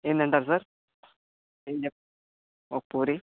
ఏం తింటారు సార్ ఒక పూరి